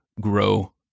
grow